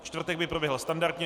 Čtvrtek by proběhl standardně.